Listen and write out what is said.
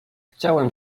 chciałem